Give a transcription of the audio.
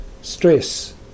stress